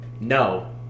No